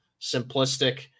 simplistic